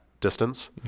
distance